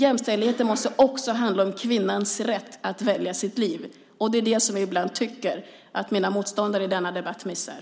Jämställdheten måste också handla om kvinnans rätt att välja sitt liv. Det är det som jag ibland tycker att mina motståndare i denna debatt missar.